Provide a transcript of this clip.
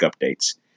updates